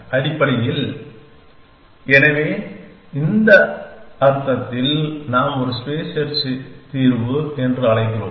அடிப்படையில் எனவே அந்த அர்த்தத்தில் நாம் ஒரு ஸ்பேஸ் செர்ச் தீர்வு என்று அழைக்கிறோம்